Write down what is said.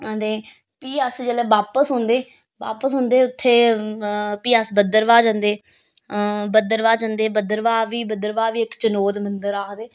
ते फ्ही अस जेल्लै बापस औंदे बापस औंदे उत्थें फ्ही अस भद्रवाह जन्दे भद्रवाह जन्दे भद्रवाह बी भद्रवाह बी इक चनोद मंदर आखदे